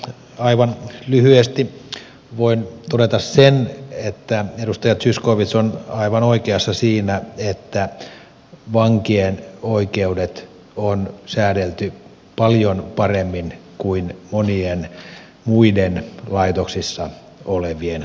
aivan lyhyesti voin todeta sen että edustaja zyskowicz on aivan oikeassa siinä että vankien oikeudet on säädelty paljon paremmin kuin monien muiden laitoksissa olevien kohtelu